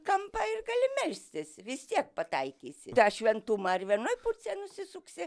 kampą ir gali melstis vis tiek pataikysi šventumą ar vienoj pusėj nusisuksi